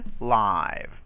live